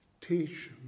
Teach